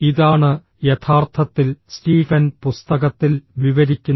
ഇതാണ് യഥാർത്ഥത്തിൽ Stephen Covey പുസ്തകത്തിൽ വിവരിക്കുന്നത്